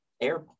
Air